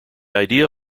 idea